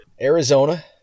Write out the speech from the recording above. Arizona